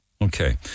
Okay